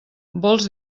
vols